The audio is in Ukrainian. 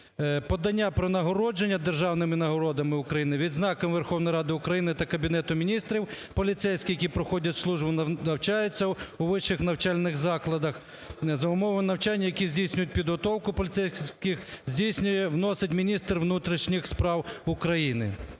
Подання про нагородження державними нагородами України, відзнаками Верховної Ради України та Кабінету Міністрів поліцейські, які проходять службу, навчаються у вищих навчальних закладах, за умови навчання, які здійснюють підготовку поліцейських, здійснює, вносить міністр Внутрішніх справ України.